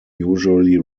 usually